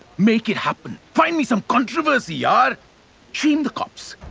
make it happen. find me some controversy. ah shame the cops.